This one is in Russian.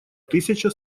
тысяча